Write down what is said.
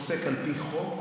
שפוסק על פי חוק,